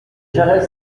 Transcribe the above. jarrets